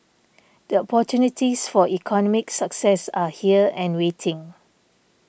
the opportunities for economic success are here and waiting